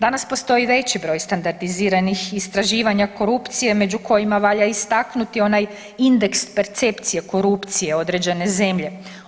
Danas postoji veći broj standardiziranih istraživanja korupcije među kojima valja istaknuti onaj indeks percepcije korupcije određene zemlje.